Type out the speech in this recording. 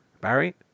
Barry